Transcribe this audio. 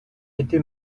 été